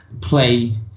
play